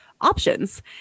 options